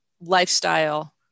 lifestyle